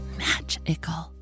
magical